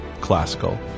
classical